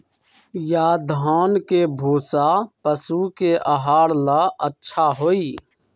या धान के भूसा पशु के आहार ला अच्छा होई?